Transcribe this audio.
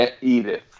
Edith